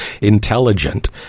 intelligent